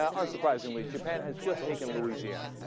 um unsurprisingly japan has just taken louisiana